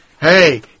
Hey